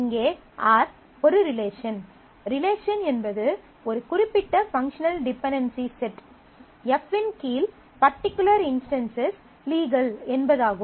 இங்கே R ஒரு relation relation என்பது ஒரு குறிப்பிட்ட பங்க்ஷனல் டிபென்டென்சி செட் F இன் கீழ் பர்டிகுலர் இன்ஸ்டன்ஸ் லீகல் என்பதாகும்